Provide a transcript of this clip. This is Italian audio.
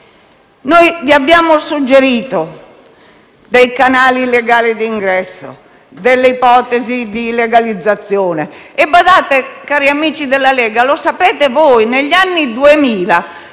noi, vi abbiamo suggerito canali legali di ingresso, ipotesi di legalizzazione. Badate, cari amici della Lega - lo sapete - negli anni Duemila